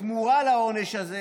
בתמורה לעונש הזה